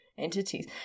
entities